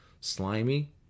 slimy